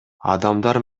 адамдар